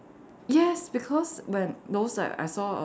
yes because when those like I saw